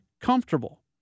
comfortable